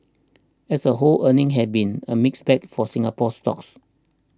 as a whole earnings have been a mixed bag for Singapore stocks